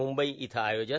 मंबई इथं आयोजन